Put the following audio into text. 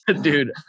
Dude